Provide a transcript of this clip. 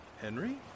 Henry